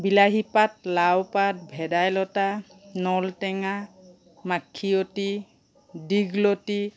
বিলাহী পাত লাও পাত ভেদাইলতা নলটেঙা মাখিয়তী দীঘলতী